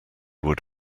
would